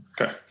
Okay